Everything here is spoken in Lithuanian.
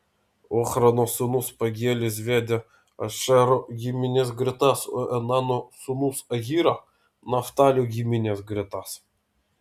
ochrano sūnus pagielis vedė ašero giminės gretas o enano sūnus ahyra naftalio giminės gretas